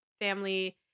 family